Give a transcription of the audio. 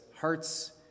hearts